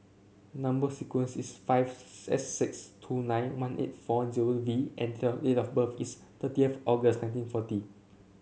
number sequence is five S six two nine one eight four zero V and the date of birth is thirtieth August nineteen forty